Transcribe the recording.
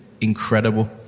incredible